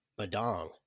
badong